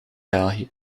belgië